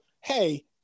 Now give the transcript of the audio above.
hey